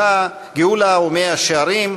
כלומר האם היא גאולה ומאה-שערים,